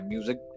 Music